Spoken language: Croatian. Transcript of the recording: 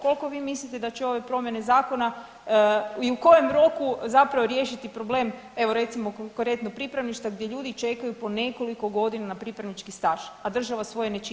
Koliko vi mislite da će ove promjene zakona i u kojem roku riješiti problem, evo recimo konkretno pripravništva gdje ljudi čekaju po nekoliko godina na pripravnički staž, a država svoje ne čini?